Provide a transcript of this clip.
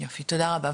יופי, תודה רבה.